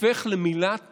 הופכת למילת